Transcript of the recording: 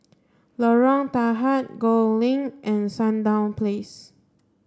Lorong Tahar Gul Link and Sandown Place